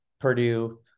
Purdue